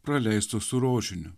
praleisto su rožiniu